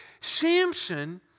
Samson